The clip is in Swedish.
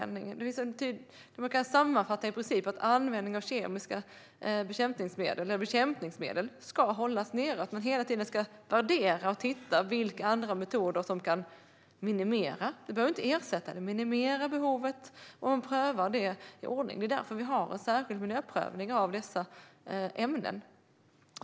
Man kan i princip sammanfatta det som att användningen av bekämpningsmedel ska hållas nere. Man ska hela tiden utvärdera och titta på vilka andra metoder som kan minimera behovet av bekämpningsmedel. Det behöver inte ersättas, men man ska minimera behovet. Man prövar det i en viss ordning; det är därför vi har en särskild miljöprövning av dessa ämnen.